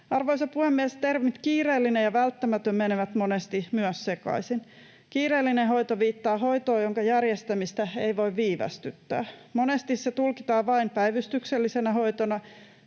Arvoisa puhemies! Termit ”kiireellinen” ja ”välttämätön” menevät monesti myös sekaisin. Kiireellinen hoito viittaa hoitoon, jonka järjestämistä ei voi viivästyttää. Monesti se tulkitaan vain päivystyksellisenä hoitona,